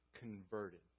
converted